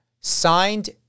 signed